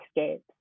escapes